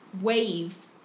wave